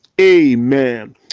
Amen